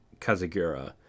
Kazagura